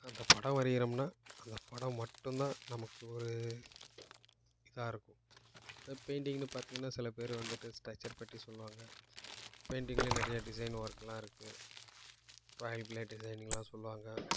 அந்த படம் வரையிரோம்னா அந்த படம் மட்டும்தான் நமக்கு ஒரு இதா இருக்கும் இந்த பெயிண்ட்டிங்னு பார்த்தீங்கன்னா சில பேர் வந்துட்டு ஸ்ட்ரெச்சர் பேட்ரி சொல்லுவாங்க பெயிண்ட்டிங்கில் நிறையா டிசைன் ஒர்க்லாம் இருக்குது டிசைனிங்லாம் சொல்லுவாங்க